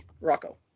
Rocco